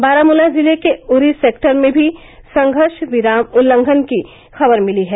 बारामूला जिले के उड़ी सेक्टर में भी संघर्षविराम उल्लंघन की खबर मिली है